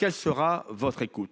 Nous écouterez-vous ?